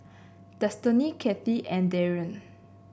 Destiney Cathy and Darryn